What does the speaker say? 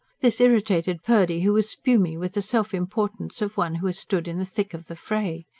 this irritated purdy, who was spumy with the self-importance of one who has stood in the thick of the fray.